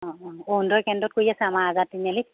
অঁ অঁ অৰুণোদয় কেন্দ্ৰত কৰি আছে আমাৰ আজাদ তিনিআলিত